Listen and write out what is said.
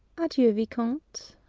adieu, viscount!